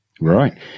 right